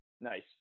Nice